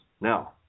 now